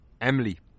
Emily